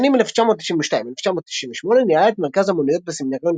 בשנים 1992–1998 ניהלה את מרכז האומנויות בסמינריון